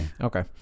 Okay